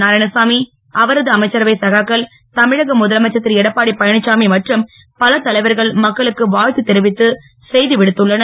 நாராயணசாமி அவரது அமைச்சரவை சகாக்கள் தமிழக முதலமைச்சர் திருஎடப்பாடியழனிச்சாமி மற்றும் பல தலைவர்கள் மக்களுக்கு வாழ்த்து தெரிவித்து செய்தி விடுத்துள்ளனர்